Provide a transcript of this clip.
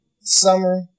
Summer